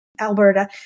Alberta